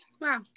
Wow